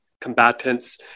combatants